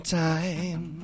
time